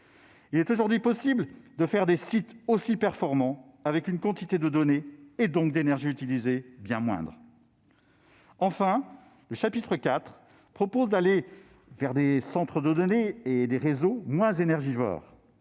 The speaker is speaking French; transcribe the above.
Il est aujourd'hui possible de faire des sites aussi performants avec une quantité de données et, donc, d'énergie utilisée bien moindres. Enfin, le chapitre IV tend à la création de centres de données et de réseaux moins énergivores,